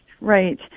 right